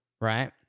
Right